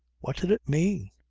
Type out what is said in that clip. what did it mean?